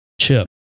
chip